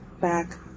back